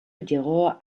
llegó